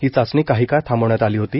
ही चाचणी काही काळ थांबवण्यात आली होती